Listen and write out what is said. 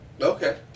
Okay